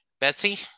Betsy